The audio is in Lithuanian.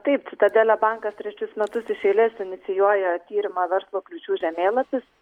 taip citadelė bankas trečius metus iš eilės inicijuoja tyrimą verslo kliūčių žemėlapis